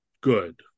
good